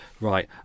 right